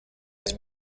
has